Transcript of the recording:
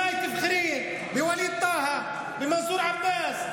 אולי תבחרי בווליד טאהא, במנסור עבאס?